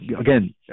again